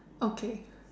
okay